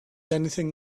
anything